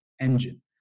engine